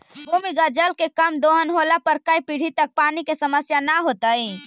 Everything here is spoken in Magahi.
भूमिगत जल के कम दोहन होला पर कै पीढ़ि तक पानी के समस्या न होतइ